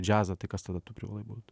džiazą tai kas tada tu privalai būt